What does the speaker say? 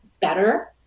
better